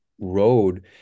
road